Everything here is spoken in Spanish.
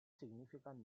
significan